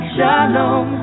Shalom